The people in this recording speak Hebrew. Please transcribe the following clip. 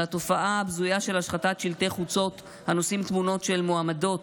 על התופעה הבזויה של השחתת שלטי חוצות הנושאים תמונות של מועמדות